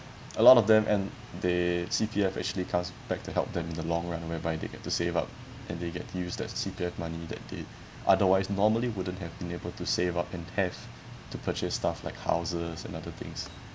a lot of them and their C_P_F actually comes back to help them in the long run whereby they get to save up and they get use that C_P_F money that they otherwise normally wouldn't have been able to save up and have to purchase stuff like houses and other things